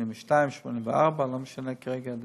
82, 84, לא משנה כרגע.